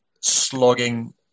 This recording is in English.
slogging